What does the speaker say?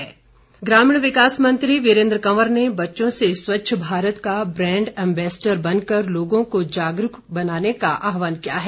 वीरेन्द्र कंवर ग्रामीण विकास मंत्री वीरेन्द्र कंवर ने बच्चों से स्वच्छ भारत का ब्रैंड अम्बेस्डर बनकर लोगों को जागरूक बनाने का आहवान किया है